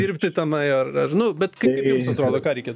dirbti tenai ar ar nu bet kaip jums atrodo ką reikėtų